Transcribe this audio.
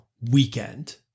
weekend